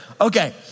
Okay